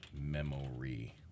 memory